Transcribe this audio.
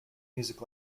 music